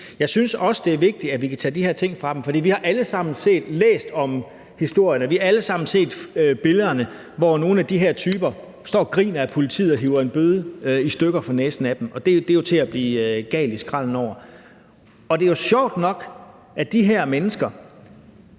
Jeg synes også, det er vigtigt, at vi kan tage de her ting fra dem. Vi har alle sammen læst historierne, at vi har alle sammen set billederne, hvor nogle af de her typer står og griner ad politiet og river en bøde i stykker for næsen af dem. Det er jo til at blive gal i skralden over. Det er sjovt nok, at de her mennesker